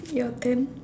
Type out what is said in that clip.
your turn